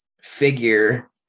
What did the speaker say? figure